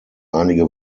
einige